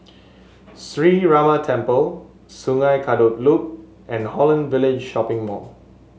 Sree Ramar Temple Sungei Kadut Loop and Holland Village Shopping Mall